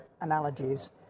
analogies